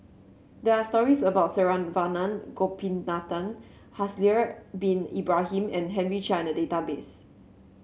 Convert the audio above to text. there are stories about Saravanan Gopinathan Haslir Bin Ibrahim and Henry Chia in the database